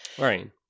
Right